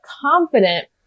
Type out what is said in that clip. confident